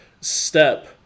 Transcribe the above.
step